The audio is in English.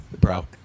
Bro